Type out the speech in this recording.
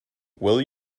will